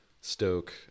Stoke